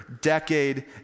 decade